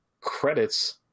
credits